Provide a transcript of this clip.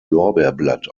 lorbeerblatt